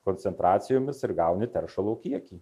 koncentracijomis ir gauni teršalo kiekį